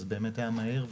אז באמת היה מהיר,